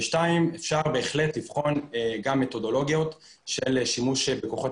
אפשר בהחלט לבחון גם מתודולוגיות של שימוש בכוחות